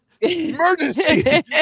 Emergency